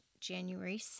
January